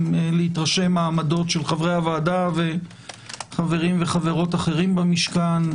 להתרשם מהעמדות של חברי הוועדה וחברים וחברות אחרים במשכן,